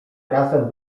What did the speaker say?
razem